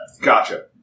Gotcha